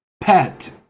pet